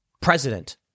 president